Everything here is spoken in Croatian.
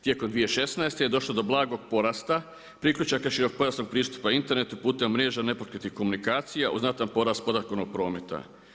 Tijekom 2016. je došlo do blagog porasta priključaka širokopojasnog pristupa internetu putem mreža nepokretnih komunikacija uz znatan porast podatkovnog prometa.